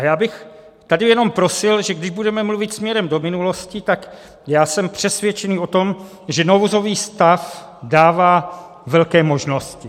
Já bych tady jenom prosil, že když budeme mluvit směrem do minulosti, tak jsem přesvědčený o tom, že nouzový stav dává velké možnosti.